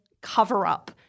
cover-up